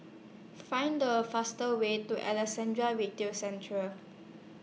Find A fastest Way to Alexandra Retail Centre